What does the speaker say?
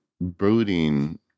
booting